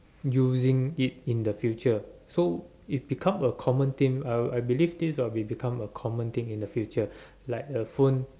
using it in the future so it become a common thing I I believe this will be become a common thing in the future like a phone